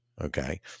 Okay